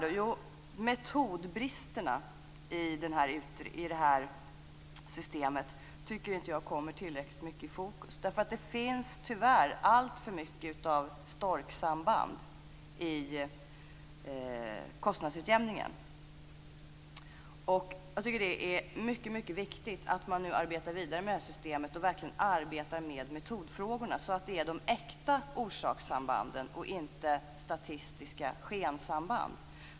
Jo, att metodbristerna i detta system inte kommer tillräckligt mycket i fokus. Det finns tyvärr alltför mycket av storksamband i kostnadsutjämningen. Jag tycker att det är mycket viktigt att man nu arbetar vidare med systemet och verkligen arbetar med metodfrågorna så att man ser de äkta orsakssambanden och inte statistiska skensamband.